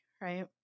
right